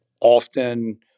often